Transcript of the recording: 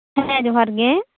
ᱦᱮᱸ ᱡᱚᱦᱟᱨ ᱜᱮ